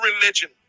religion